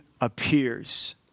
appears